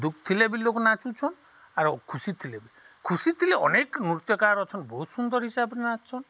ଦୁଖ୍ ଥିଲେ ବି ଲୋକ ନାଚୁଛନ୍ ଆର୍ ଖୁସି ଥିଲେ ବି ଖୁସି ଥିଲେ ବି ଅନେକ ନୃତ୍ୟକାର ଅଛନ୍ ବହୁତ ସୁନ୍ଦର ହିସାବରେ ନାଚଛନ୍